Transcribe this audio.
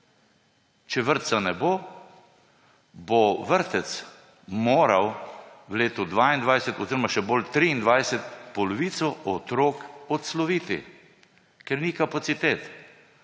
Če vrtca ne bo, bo vrtec moral v letu 2022 oziroma še bolj v letu 2023 polovico otrok odsloviti, ker ni kapacitet.